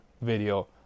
video